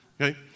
Okay